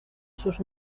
sus